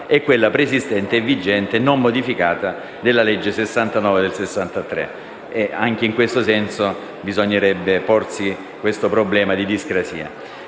e quella preesistente, vigente e non modificata della legge n. 69 del 1963. Anche in questo senso bisognerebbe porsi questo problema di discrasia.